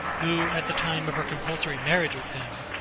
who, at the time of her compulsory marriage with him,